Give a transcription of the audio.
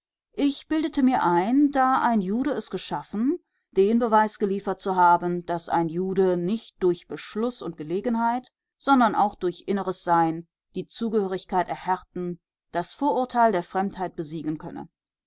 ich bildete mir ein da ein jude es geschaffen den beweis geliefert zu haben daß ein jude nicht durch beschluß und gelegenheit sondern auch durch inneres sein die zugehörigkeit erhärten das vorurteil der fremdheit besiegen könne